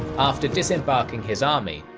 after disembarking his army,